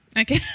Okay